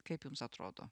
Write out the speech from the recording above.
kaip jums atrodo